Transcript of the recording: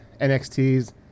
NXT's